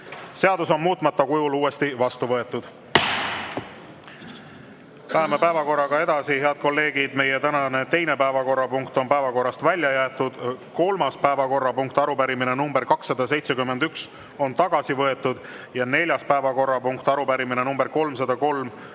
Seadus on muutmata kujul uuesti vastu võetud. Läheme päevakorraga edasi. Head kolleegid, meie tänane teine päevakorrapunkt on päevakorrast välja jäetud, kolmas päevakorrapunkt, arupärimine nr 271, on tagasi võetud ja neljas päevakorrapunkt, arupärimine nr 303, on samuti tagasi võetud.